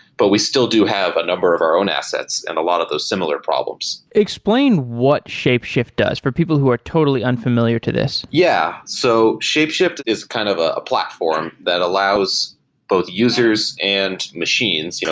but we still do have a number of our own assets and a lot of those similar problems explain what shapeshift does for people who are totally unfamiliar to this? yeah. so shapeshift is kind of ah a platform that allows both users and machines, you know